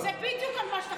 שר הביטחון ביקש,